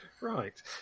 Right